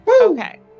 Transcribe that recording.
Okay